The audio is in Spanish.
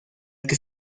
que